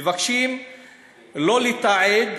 מבקשים לא לתעד,